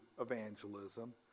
evangelism